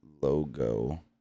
logo